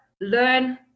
learn